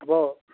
अब